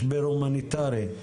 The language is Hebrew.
משבר הומניטרי,